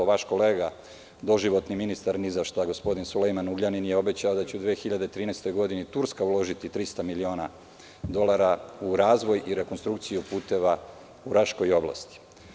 Vaš kolega, doživotni ministar ni za šta, gospodin Sulejman Ugljanin je obećao da će u 2013. godini Turska uložiti 300 miliona dolara u razvoj i rekonstrukciju puteva u Raškoj oblasti.